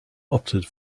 opted